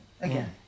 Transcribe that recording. Again